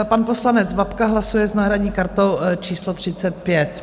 Pan poslanec Babka hlasuje s náhradní kartou číslo 35.